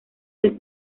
del